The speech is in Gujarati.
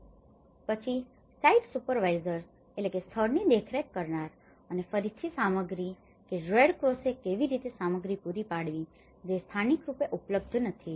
તેથી પછી સાઇટ સુપરવાઈઝર્સsite supervisorsસ્થળની દેખરેખ કરનાર અને ફરીથી સામગ્રી કે રેડ ક્રોસે કેવી રીતે સામગ્રી પૂરી પાડી છે જે સ્થાનિક રૂપે ઉપલબ્ધ નથી